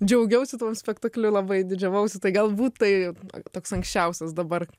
džiaugiausi tuo spektakliu labai didžiavausi tai galbūt tai toks anksčiausias dabar